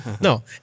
no